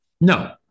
No